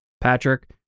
Patrick